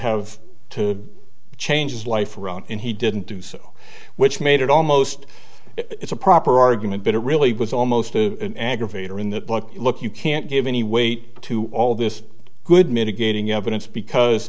have to change his life around and he didn't do so which made it almost it's a proper argument but it really was almost an aggravator in that book look you can't give any weight to all this good mitigating evidence because